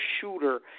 shooter